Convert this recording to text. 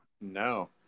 No